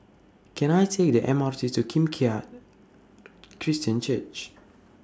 Can I Take The M R T to Kim Keat Christian Church